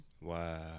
Wow